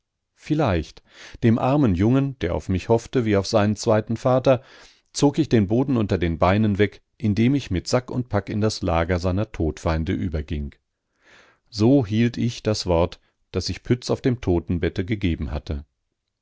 vielleicht dem armen jungen der auf mich hoffte wie auf seinen zweiten vater zog ich den boden unter den beinen weg indem ich mit sack und pack in das lager seiner todfeinde überging so hielt ich das wort das ich pütz auf dem totenbette gegeben hatte